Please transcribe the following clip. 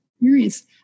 experience